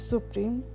Supreme